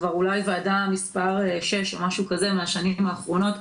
כבר אולי ועדה מספר 6 בשנים האחרונות.